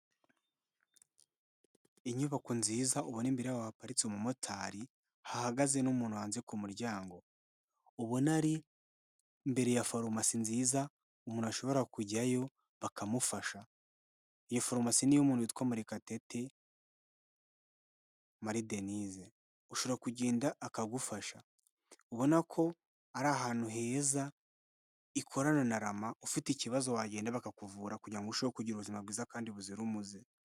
inyubako nziza ubona imbere waparitse umumotari hahagaze n'umuntu hanze ku muryango ubona ari mbere ya farumasi nziza umuntu ashobora kujyayo bakamufasha iyo farumasi niy'umuntu witwa murekatete maridenise ushobora kugenda akagufasha ubona ko ari ahantu heza ikorana na rama ufite ikibazo wagenda bakakuvura kugira ngosheho kugira ubuzima bwiza kandi buzira umuze